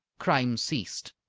crime ceased.